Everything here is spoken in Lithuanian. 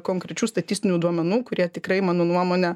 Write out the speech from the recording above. konkrečių statistinių duomenų kurie tikrai mano nuomone